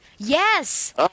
Yes